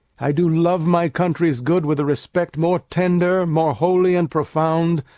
i do love my country's good with a respect more tender, more holy and profound,